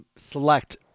select